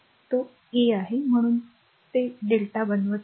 तर तो a आहे म्हणून ते lrmΔ बनवत आहे